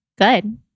Good